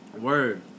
Word